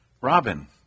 Robin